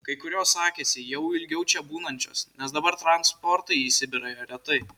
kai kurios sakėsi jau ilgiau čia būnančios nes dabar transportai į sibirą ėjo retai